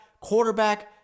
quarterback